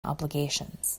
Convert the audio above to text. obligations